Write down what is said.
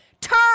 Turn